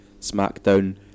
Smackdown